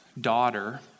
daughter